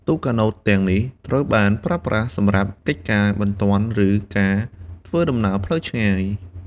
ទូកកាណូតទាំងនេះត្រូវបានប្រើប្រាស់សម្រាប់កិច្ចការបន្ទាន់ឬការធ្វើដំណើរផ្លូវឆ្ងាយ។